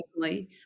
personally